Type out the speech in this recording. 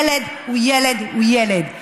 ילד הוא ילד הוא ילד.